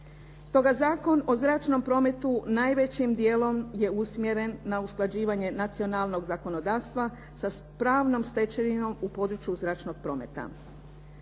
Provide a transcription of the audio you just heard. Stoga Zakon o zračnom prometu najvećim djelom je usmjeren na usklađivanje nacionalnog zakonodavstva sa pravnom stečevinom u području zračnog prometa.